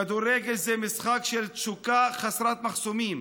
כדורגל זה משחק של תשוקה חסרת מחסומים,